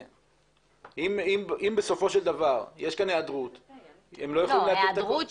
באמת מה שעשו משרד הפנים, הם פשוט העתיקו